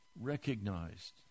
recognized